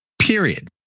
Period